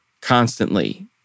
constantly